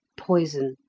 poison.